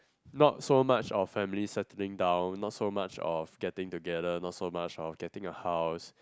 not so much of family settling down not so much of getting together not so much of getting a house